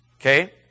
Okay